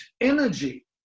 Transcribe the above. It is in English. energy